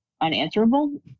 unanswerable